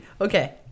Okay